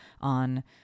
on